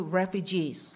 refugees